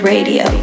Radio